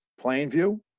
Plainview